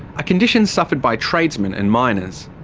a condition suffered by tradesmen and miners.